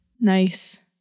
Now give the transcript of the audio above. Nice